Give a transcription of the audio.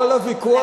כל הוויכוח,